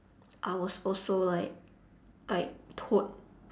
I was also like like told